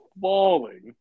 falling